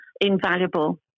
invaluable